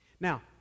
Now